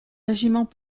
régiment